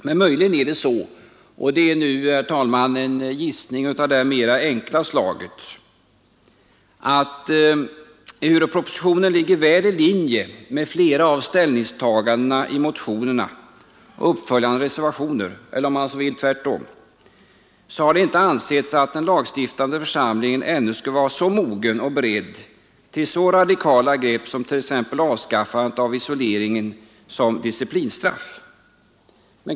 Men möjligen är det så — detta är nu, herr talman, bara en gissning av det enklaste slaget — att ehuru propositionen ligger väl i linje med flera av ställningstagandena i motionerna och uppföljande reservationer — eller, om man så vill, tvärtom — har det inte ansetts att den lagstiftande församlingen ännu skulle vara mogen och beredd till så radikala grepp som t.ex. avskaffandet av isolering såsom disciplinstraff.